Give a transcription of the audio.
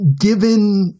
given